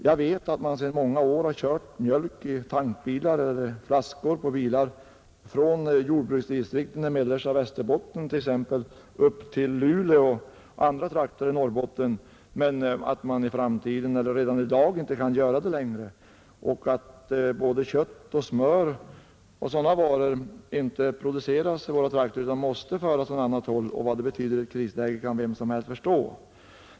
Jag vet att man sedan många år har kört mjölk i tankbilar eller i'flaskor på bilar från t.ex. jordbruksdistrikten i mellersta Västerbotten upp till Luleå och andra trakter i Norrbotten men att man i framtiden, eller redan i dag, inte kan göra det längre och att kött och smör och andra sådana varor inte tillräckligt produceras i våra trakter utan måste föras dit från annat håll. Vad det betyder i ett krisläge kan vem som helst förstå.